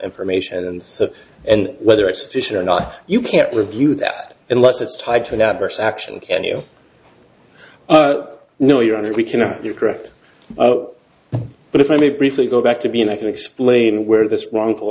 information and so and whether it's sufficient or not you can't review that unless it's tied to an adverse action can you no your honor we cannot you correct but if i may briefly go back to b and i can explain where this wron